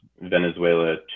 Venezuela